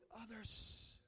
others